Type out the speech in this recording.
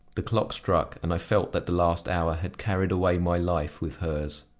the clock struck and i felt that the last hour had carried away my life with hers.